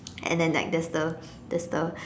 and then like there's the there's the